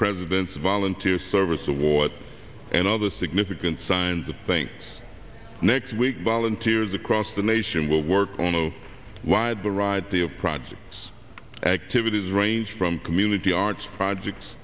president's volunteer service award and other significant signs of thanks next week volunteers across the nation will work on a wide variety of projects activities range from community arts projects